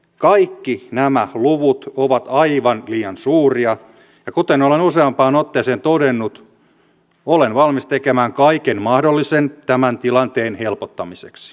kaikki nämä luvut ovat aivan liian suuria ja kuten olen useampaan otteeseen todennut olen valmis tekemään kaiken mahdollisen tämän tilanteen helpottamiseksi